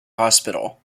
hospital